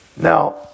Now